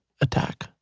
attack